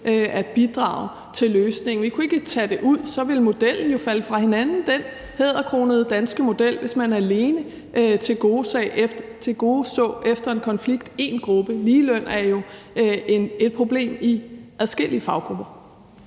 at bidrage til løsningen. Vi kunne ikke tage det ud, for så ville modellen jo falde fra hinanden – den hæderkronede danske model – hvis man alene tilgodeså én gruppe efter en konflikt. Ligeløn er jo et problem i adskillige faggrupper.